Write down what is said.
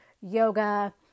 yoga